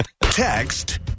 Text